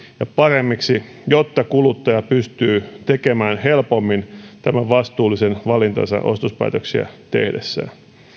ja paremmiksi jotta kuluttaja pystyy tekemään helpommin tämän vastuullisen valintansa ostospäätöksiä tehdessään